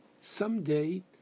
someday